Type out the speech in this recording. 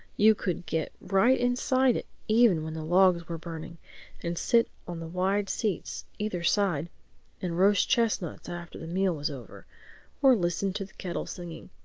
you could get right inside it even when the logs were burning and sit on the wide seats either side and roast chestnuts after the meal was over or listen to the kettle singing,